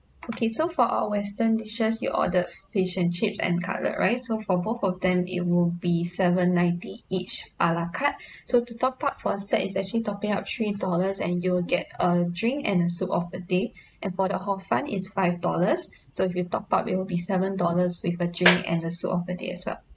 okay so for our western dishes you ordered fish and chips and cutlet rice so for both of them it will be seven ninety each ala carte so to top up for a set is actually topping up three dollars and you'll get a drink and a soup of the day and for the hor fun is five dollars so if you top up it will be seven dollars with a drink and a soup of the day as well